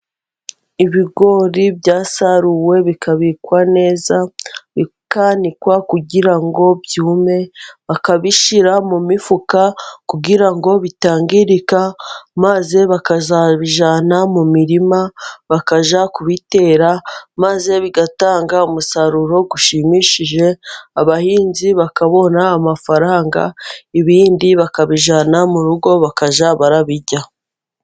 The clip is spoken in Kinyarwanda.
Ibigori byasaruwe bikabikwa neza, bikanikwa kugira ngo byume bakabishyira mu mifuka, kugira ngo bitangirika maze bakazabijyana mu mirima bakajya kubitera, maze bigatanga umusaruro ushimishije abahinzi bakabona amafaranga. Ibindi bakabijyana mu rugo bakajya barabirya.